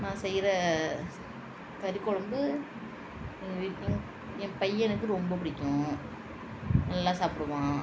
நான் செய்கிற கறிகுழம்பு எங்கள் வீட்டில என் பையனுக்கு ரொம்ப பிடிக்கும் நல்லா சாப்பிடுவான்